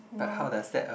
you know